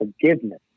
forgiveness